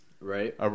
right